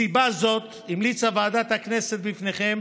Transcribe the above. מסיבה זאת המליצה ועדת הכנסת בפניכם